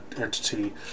entity